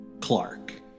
Clark